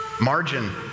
Margin